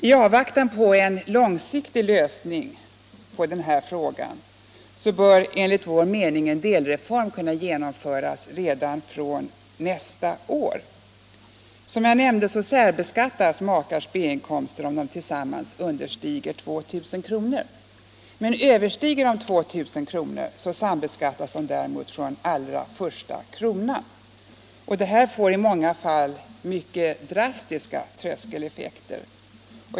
I avvaktan på en långsiktig lösning av den här frågan bör enligt vår mening en delreform kunna genomföras redan från nästa år. Som jag nämnde särbeskattas makars B-inkomster om de tillsammans understiger 2 000 kr. Överstiger de 2 000 kr. sambeskattas de däremot från allra första kronan, och det får i många fall mycket drastiska tröskeleffekter.